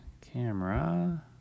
Camera